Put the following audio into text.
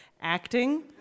acting